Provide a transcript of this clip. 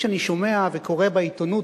כשאני שומע וקורא בעיתונות,